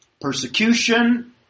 persecution